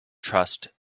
trust